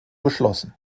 geschlossen